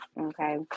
okay